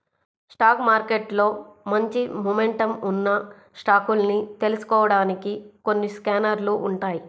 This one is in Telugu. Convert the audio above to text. స్టాక్ మార్కెట్లో మంచి మొమెంటమ్ ఉన్న స్టాకుల్ని తెలుసుకోడానికి కొన్ని స్కానర్లు ఉంటాయ్